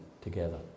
together